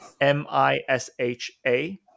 m-i-s-h-a